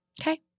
okay